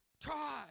Try